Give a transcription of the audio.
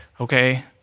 okay